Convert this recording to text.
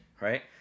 right